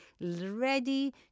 ready